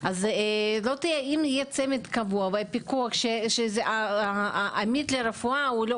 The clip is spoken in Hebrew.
אם יהיה צמד קבוע ופיקוח שהעמית לרפואה לא